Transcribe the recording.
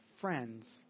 friends